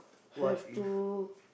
have to